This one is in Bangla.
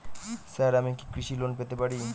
স্যার আমি কি কৃষি লোন পেতে পারি?